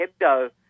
Hebdo